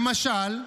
למשל,